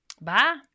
Bye